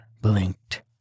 blinked